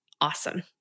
awesome